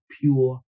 pure